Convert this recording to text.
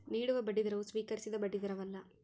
ನೀಡುವ ಬಡ್ಡಿದರವು ಸ್ವೀಕರಿಸಿದ ಬಡ್ಡಿದರವಲ್ಲ